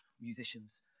musicians